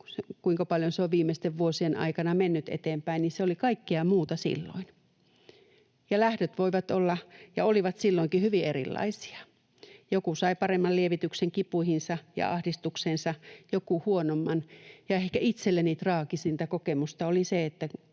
kuinka paljon se on viimeisten vuosien aikana mennyt eteenpäin, niin se oli kaikkea muuta silloin, ja lähdöt voivat olla ja olivat silloinkin hyvin erilaisia. Joku sai paremman lievityksen kipuihinsa ja ahdistukseensa, joku huonomman. Ehkä itselleni traagisinta kokemusta oli se,